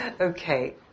Okay